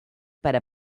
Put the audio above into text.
para